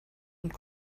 und